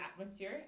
atmosphere